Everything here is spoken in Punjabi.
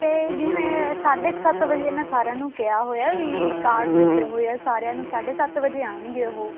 ਅਤੇ ਜਿਵੇਂ ਸਾਢੇ ਕੁ ਸੱਤ ਵਜੇ ਮੈਂ ਸਾਰਿਆਂ ਨੂੰ ਕਿਹਾ ਹੋਇਆ ਵੀ ਕਾਰਡਸ ਦਿੱਤੇ ਹੋਏ ਆ ਸਾਰਿਆਂ ਨੂੰ ਸਾਢੇ ਸੱਤ ਵਜੇ ਆਉਣਗੇ ਉਹ